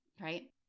right